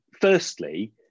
firstly